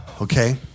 Okay